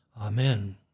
Amen